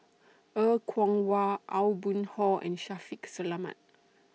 Er Kwong Wah Aw Boon Haw and Shaffiq Selamat